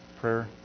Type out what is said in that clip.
prayer